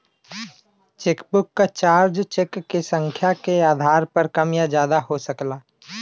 chequebook क charge cheque क संख्या के आधार पर कम या ज्यादा हो सकला